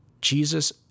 Jesus